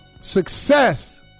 Success